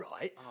right